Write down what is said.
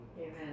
amen